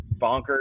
bonkers